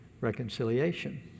reconciliation